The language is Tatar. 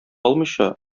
алмыйча